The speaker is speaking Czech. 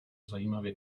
zajímavě